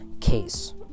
case